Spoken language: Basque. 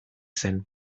zen